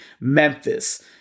Memphis